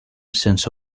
sense